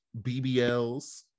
BBLs